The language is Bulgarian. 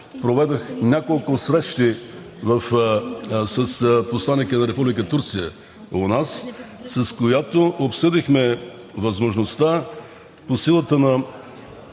проведох няколко срещи с посланика на Република Турция у нас, с която обсъдихме възможността по силата на